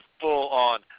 full-on